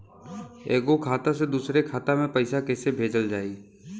एगो खाता से दूसरा खाता मे पैसा कइसे भेजल जाई?